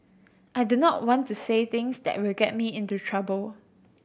I do not want to say things that will get me into trouble